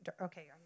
okay